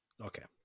Okay